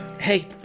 hey